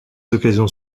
occasions